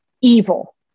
evil